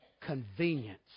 convenience